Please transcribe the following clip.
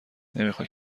نمیخای